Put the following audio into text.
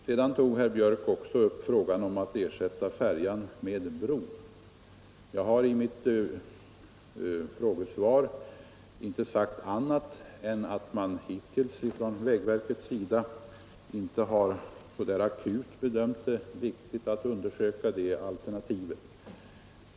Herr Björk tog också upp frågan om att ersätta färjan med en bro. Jag har i mitt frågesvar inte sagt annat än att man hittills från vägverkets sida inte bedömt behovet härav som så akut att det skulle vara viktigt att nu undersöka det alternativet.